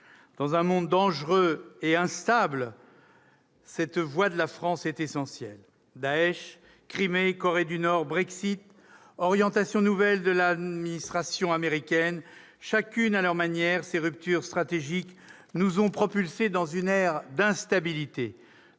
Dans un monde dangereux et instable, la voix de la France est essentielle. Daech, Crimée, Corée du Nord, Brexit, orientation nouvelle de l'administration américaine : chacune à leur manière, ces ruptures stratégiques nous ont propulsés dans une ère d'instabilité.